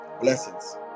blessings